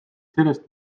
sellest